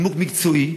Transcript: נימוק מקצועי,